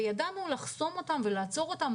וידענו לחסום אותן ולעצור אותן,